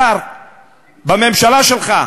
שר בממשלה שלך,